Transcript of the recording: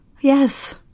Yes